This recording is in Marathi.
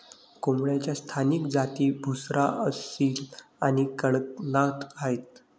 कोंबडीच्या स्थानिक जाती बुसरा, असील आणि कडकनाथ आहेत